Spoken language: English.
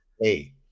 Hey